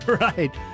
Right